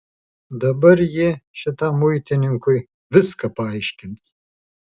dabar ji šitam muitininkui viską paaiškins